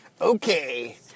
Okay